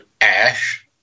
ash